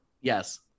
Yes